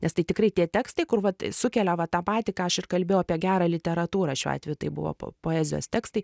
nes tai tikrai tie tekstai kur vat sukelia va tą patį ką aš ir kalbėjau apie gerą literatūrą šiuo atveju tai buvo po poezijos tekstai